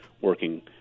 working